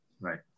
Right